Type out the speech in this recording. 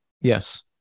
Yes